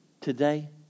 today